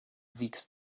wiegst